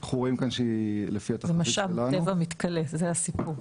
זה משאב טבע מתכלה, זה הסיפור.